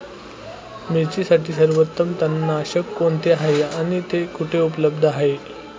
मिरचीसाठी सर्वोत्तम तणनाशक कोणते आहे आणि ते कुठे उपलब्ध आहे?